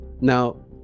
now